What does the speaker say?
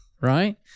Right